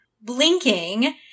blinking